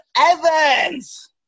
Evans